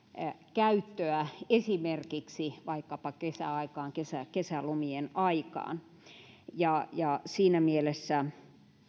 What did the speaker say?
käyttöä esimerkiksi vaikkapa kesäaikaan kesälomien aikaan ja ja siinä mielessä